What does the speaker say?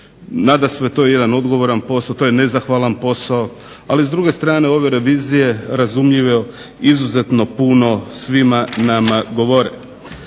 nadasve to je jedan odgovoran posao, to je nezahvalan posao, ali s druge strane ove revizije razumljivo izuzetno puno svim nama govore.